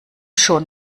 schon